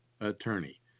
attorney